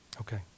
Okay